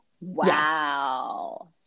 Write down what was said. Wow